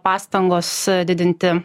pastangos didinti